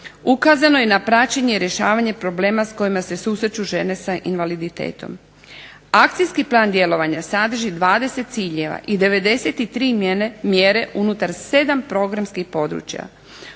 Ukazano je na praćenje i rješavanje problema s kojima se susreću žene sa invaliditetom. Akcijski plan djelovanja sadrži 20 ciljeva i 93 mjere unutar 7 programskih područja.